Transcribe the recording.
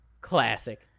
classic